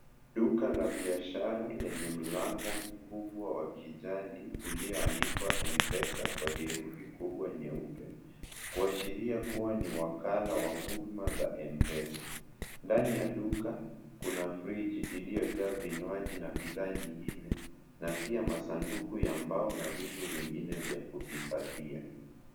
Duka la biashara lenye mlango mkubwa wa kijani ulioandikwa M-Pesa kwa herufi kubwa nyeupe kuashiria kuwa ni wakala wa huduma za M-Pesa. Ndani ya duka kuna friji iliyojaa vinywaji na bidhaa nyingine na pia masanduku ya mbao na vitu vingine vya kuhifadhia.